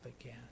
again